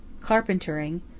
carpentering